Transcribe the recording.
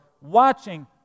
watching